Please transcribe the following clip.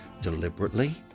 deliberately